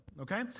Okay